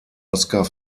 oscar